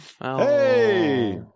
Hey